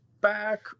back